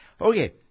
Okay